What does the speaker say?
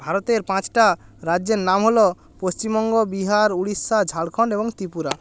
ভারতের পাঁচটা রাজ্যের নাম হলো পশ্চিমবঙ্গ বিহার উড়িষ্যা ঝাড়খন্ড এবং ত্রিপুরা